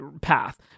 path